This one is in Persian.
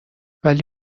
ولی